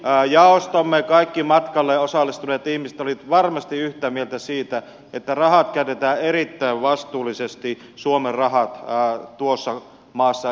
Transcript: kaikki jaostomme matkalle osallistuneet ihmiset olivat varmasti yhtä mieltä siitä että suomen rahat käytetään erittäin vastuullisesti esimerkiksi tuossa maassa